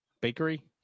bakery